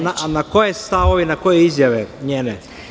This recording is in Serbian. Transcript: Na koje stavove i na koje izjave njene?